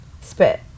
Spit